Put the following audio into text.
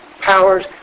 powers